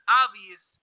obvious